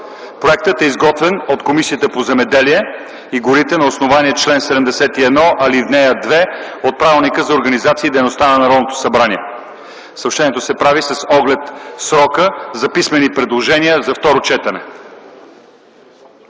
Проектът е изготвен от Комисията по земеделието и горите на основание чл. 71, ал. 2 от Правилника за организацията и дейността на Народното събрание. Съобщението се прави с оглед срока за писмени предложения за второ четене.